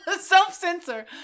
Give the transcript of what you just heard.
self-censor